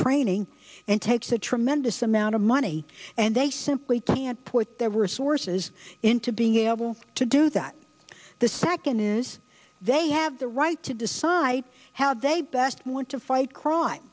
training and takes a tremendous amount of money and they simply can't put their resources into being able to do that the second is they have the right to decide how they best want to fight cr